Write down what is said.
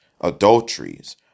adulteries